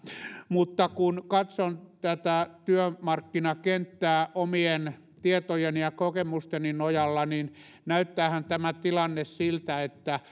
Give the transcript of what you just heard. mutta kun katson tätä työmarkkinakenttää omien tietojeni ja kokemusteni nojalla niin näyttäähän tämä tilanne siltä että